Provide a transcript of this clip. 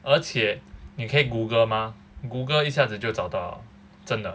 而且你可以 google mah google 一下子就找到了真的